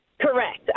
Correct